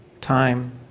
time